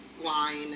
line